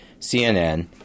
CNN